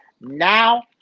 Now